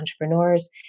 entrepreneurs